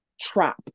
trap